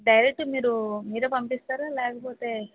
direct మీరు మీరే పంపిస్తారా లేకపోతే